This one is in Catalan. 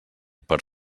per